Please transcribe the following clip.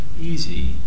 easy